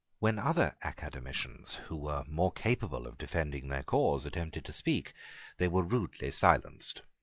when other academicians who were more capable of defending their cause attempted to speak they were rudely silenced.